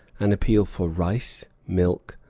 an appeal for rice, milk,